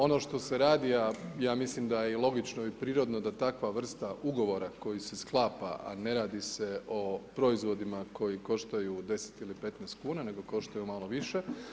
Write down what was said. Ono što se radi, a ja mislim da je i logično i prirodno, da takva vrsta ugovora koji se sklapa, a ne radi se o proizvodima koji koštaju 10 ili 15 kn, nego koštaju malo više.